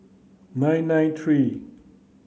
nine nine three